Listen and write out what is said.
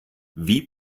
wie